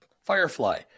Firefly